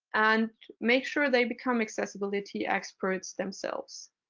and make sure they become accessibility experts themselves.